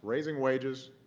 raising wages,